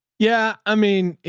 yeah, i mean,